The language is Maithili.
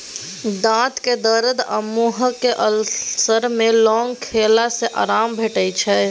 दाँतक दरद आ मुँहक अल्सर मे लौंग खेला सँ आराम भेटै छै